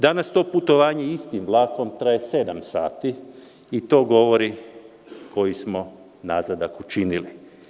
Danas to putovanje istim vlakom traje sedam sati i to govori koji smo nazadak učinili.